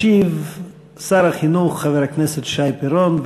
ישיב שר החינוך חבר הכנסת שי פירון.